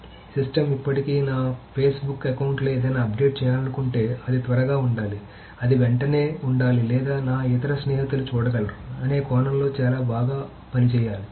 కాబట్టి సిస్టమ్ ఇప్పటికీ నా ఫేస్ బుక్ అకౌంట్లో ఏదైనా అప్డేట్ చేయాలనుకుంటే అది త్వరగా ఉండాలి అది వెంటనే ఉండాలి లేదా నా ఇతర స్నేహితులు చూడగలరు అనే కోణంలో చాలా బాగా పని చేయాలి